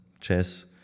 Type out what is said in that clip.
chess